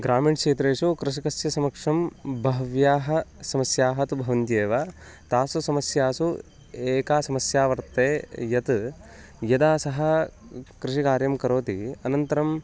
ग्रामीणक्षेत्रेषु कृषकस्य समक्षं बह्व्यः समस्याः तु भवन्ति एव तासु समस्यासु एका समस्या वर्तते यत् यदा सः कृषिकार्यं करोति अनन्तरम्